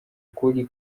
ukuri